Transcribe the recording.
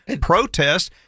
protest